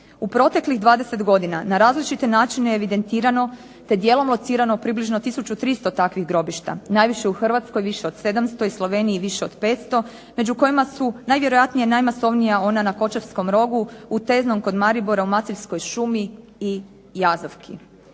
U proteklih 20 godina na različite načine je evidentirano te dijelom locirano približno tisuću 300 takvih grobišta. Najviše u Hrvatskoj više od 700 i Sloveniji više od 500 među kojima su najvjerojatnije najmasovnija ona na Kočarskom rogu u Teznom kod Maribora u Maceljskoj šumi i Jazavki.